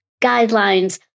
guidelines